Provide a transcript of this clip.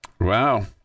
Wow